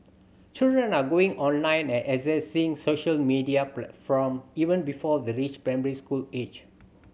children are going online and accessing social media platform even before they reach primary school age